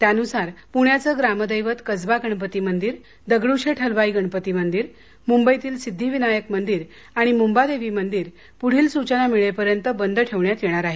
त्यानुसार पुण्याचं ग्रामदैवत कसबा गणपती मंदिर दगडूशेठ हलवाई गणपती मंदिर मंबईतील सिद्धी विनायक मंदिर आणि मंबादेवी मंदिर पुढील सुचना मिळेपर्यंत बंद ठेवण्यात येणार आहे